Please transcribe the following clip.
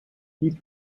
keith